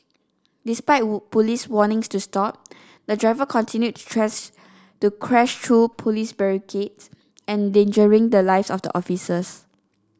despite Police warnings to stop the driver continued to trash to crash through Police barricades endangering the lives of the officers